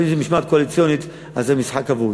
אם יש משמעת קואליציונית, זה משחק אבוד,